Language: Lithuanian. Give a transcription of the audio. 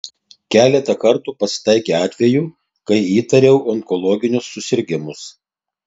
keletą kartų pasitaikė atvejų kai įtariau onkologinius susirgimus